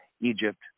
Egypt